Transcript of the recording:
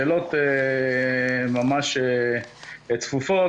השאלות ממש צפופות,